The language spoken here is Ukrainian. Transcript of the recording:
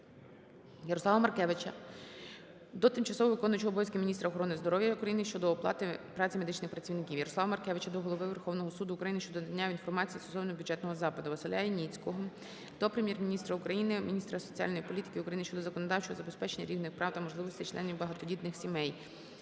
Ярослава Маркевича до тимчасово виконуючої обов'язки міністра охорони здоров'я України щодо оплати праці медичних працівників. Ярослава Маркевича до Голови Верховного Суду України щодо надання інформації стосовно бюджетного запиту. ВасиляЯніцького до Прем'єр-міністра України, міністра соціальної політики України щодо законодавчого забезпечення рівних прав та можливостей членів багатодітних сімей.